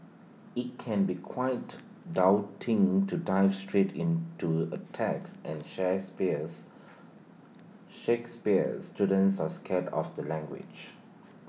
IT can be quite daunting to dive straight into A text and Shakespeares Shakespeares students are scared of the language